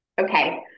Okay